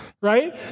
right